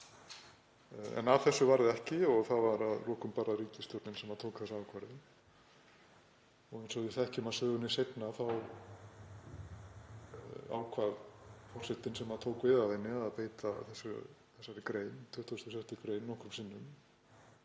En af þessu varð ekki og það var að lokum bara ríkisstjórnin sem tók þessa ákvörðun. Eins og við þekkjum af sögunni seinna ákvað forsetinn sem tók við af henni að beita þessari grein, 26. gr., nokkrum sinnum